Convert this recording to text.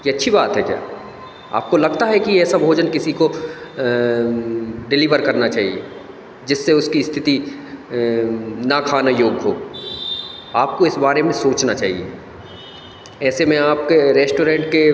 ये अच्छी बात है क्या आपको लगता है कि ऐसा भोजन किसी को डिलीवर करना चाहिए जिससे उसकी स्थिति ना खाने योग हो आपको इस बारे में सोचना चाहिए ऐसे में आपके रेश्टोरेन्ट के